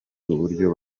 uburyo